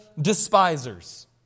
despisers